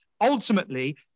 ultimately